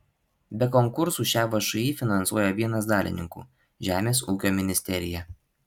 be konkursų šią všį finansuoja vienas dalininkų žemės ūkio ministerija